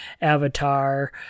avatar